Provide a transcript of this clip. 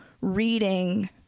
reading